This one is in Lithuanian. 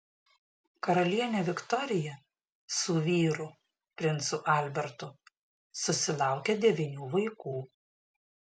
karalienė viktorija su vyru princu albertu susilaukė devynių vaikų